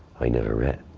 i never writ,